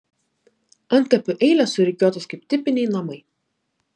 antkapių eilės surikiuotos kaip tipiniai namai